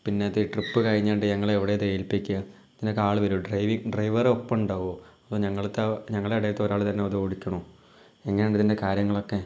പിന്നെ ഇത് ഈ ട്രിപ്പ് കഴിഞ്ഞിട്ട് ഞങ്ങൾ എവിടെയാണ് ഇത് എൽപ്പിക്കുക ഇതിനൊക്കെ ആൾ വരുമോ ഡ്രൈവിംഗ് ഡ്രൈവർ ഒപ്പമുണ്ടാവുമോ അതോ ഞങ്ങൾത്തെ ഞങ്ങളുടെ ഇവിടത്തെ ഒരാൾ തന്നെ അതു ഓടിക്കണോ എങ്ങനെ ആണ് ഇതിൻ്റെ കാര്യങ്ങളൊക്കെ